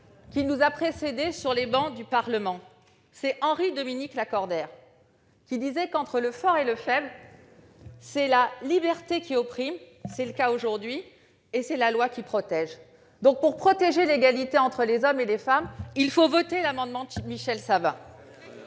qui nous a précédés sur les bancs du Parlement, Henri-Dominique Lacordaire : il disait qu'entre le fort et le faible, c'est la liberté qui opprime- c'est le cas aujourd'hui -et la loi qui protège. Pour protéger l'égalité entre les hommes et les femmes, il faut voter l'amendement de Michel Savin